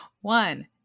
One